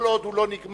כל עוד הוא לא נגמר,